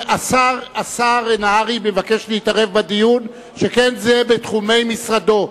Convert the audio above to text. השר נהרי מבקש להתערב בדיון, שכן זה בתחומי משרדו.